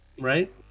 Right